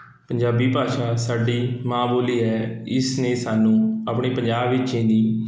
ਪੰਜਾਬੀ ਭਾਸ਼ਾ ਸਾਡੀ ਮਾਂ ਬੋਲੀ ਹੈ ਇਸ ਨੇ ਸਾਨੂੰ ਆਪਣੇ ਪੰਜਾਬ ਵਿੱਚ ਹੀ ਨਹੀਂ